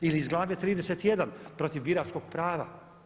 Ili iz glave 31. protiv biračkog prava.